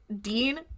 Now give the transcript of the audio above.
dean